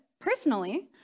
personally